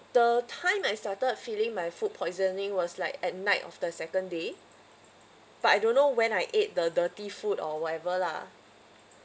the time I started feeling my food poisoning was like at night of the second day but I don't know when I ate the dirty food or whatever lah